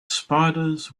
spiders